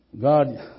God